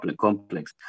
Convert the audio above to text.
complex